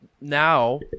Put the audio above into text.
Now